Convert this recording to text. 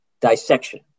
dissection